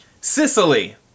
Sicily